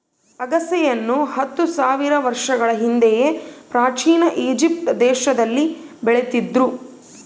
ಅಗಸೆಯನ್ನು ಹತ್ತು ಸಾವಿರ ವರ್ಷಗಳ ಹಿಂದೆಯೇ ಪ್ರಾಚೀನ ಈಜಿಪ್ಟ್ ದೇಶದಲ್ಲಿ ಬೆಳೀತಿದ್ರು